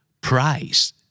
Price